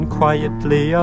quietly